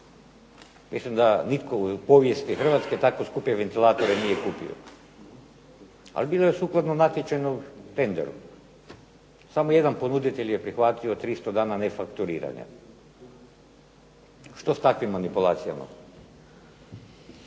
Mislim da nitko u povijesti Hrvatske tako skupe ventilatore nije kupio. Ali bilo je sukladno natječajnom …/Ne razumije se./… Samo jedan ponuditelj je prihvatio 300 dana nefakturiranja. Što s takvim manipulacijama?